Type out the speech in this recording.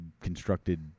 constructed